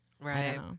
Right